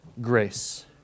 grace